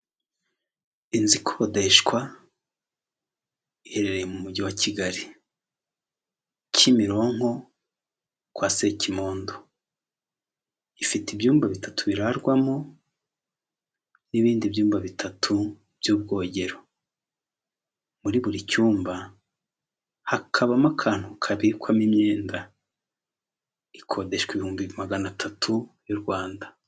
Inzu ikodeshwa iherereye mu mujyi wa Kigali Kimironko kwa Sekimondo ifite ibyumba bitatu birarwamo n'ibindi byumba bitatu by'ubwogero muri buri cyumba hakabamo akantu kabikwamo imyenda ikodeshwa ibihumbi magana atatu y'u Rwanda.